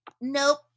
Nope